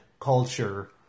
culture